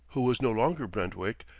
who was no longer brentwick,